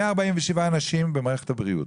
147 אנשים במערכת הבריאות,